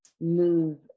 move